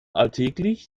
alltäglich